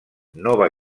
nova